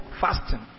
fasting